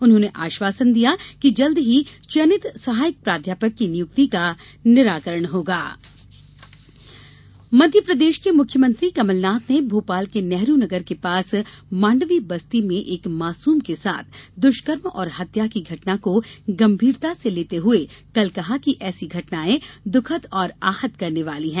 उन्होंने आश्वासन दिया कि जल्दी ही चयनित सहायक प्राध्यापक की नियुक्ति का निराकरण होगा बालिका द्ष्कर्म मध्यप्रदेश के मुख्यमंत्री कमलनाथ ने भोपाल के नेहरू नगर के पास मांडवी बस्ती में एक मासूम के साथ दुष्कर्म और हत्या की घटना को गंभीरता से लेते हुए कल कहा कि ऐसी घटनाएं दुखद और आहत करने वाली हैं